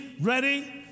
Ready